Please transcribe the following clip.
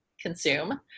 consume